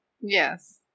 Yes